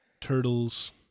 Turtles